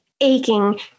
aching